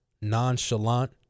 nonchalant